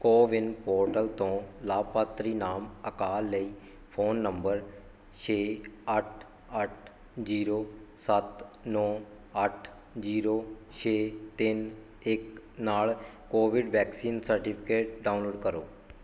CoWIN portal ਤੋਂ ਲਾਭਪਾਤਰੀ ਨਾਮ ਅਕਾਲ ਲਈ ਫ਼ੋਨ ਨੰਬਰ ਛੇ ਅੱਠ ਅੱਠ ਜੀਰੋ ਸੱਤ ਨੌ ਅੱਠ ਜੀਰੋ ਛੇ ਤਿੰਨ ਇੱਕ ਨਾਲ ਕੋਵਿਡ ਵੈਕਸੀਨ ਸਰਟੀਫਿਕੇਟ ਡਾਊਨਲੋਡ ਕਰੋ